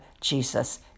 Jesus